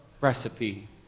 recipe